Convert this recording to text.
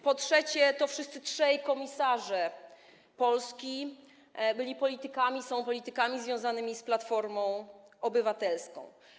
Po trzecie, to wszyscy trzej polscy komisarze byli politykami, są politykami związanymi z Platformą Obywatelską.